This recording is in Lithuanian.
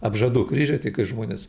apžadų kryžiai tai kai žmonės